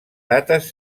dates